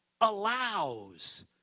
allows